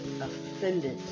offended